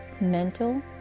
mental